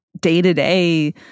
day-to-day